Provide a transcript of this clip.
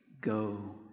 go